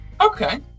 Okay